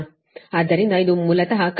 ಆದ್ದರಿಂದ ಇದು ಮೂಲತಃ ಕರೆಂಟ್ ನ ಪ್ರಮಾಣ 279